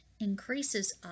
increases